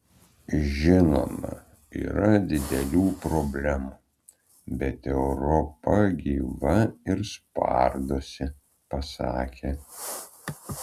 žinoma yra didelių problemų bet europa gyva ir spardosi pasakė